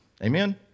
Amen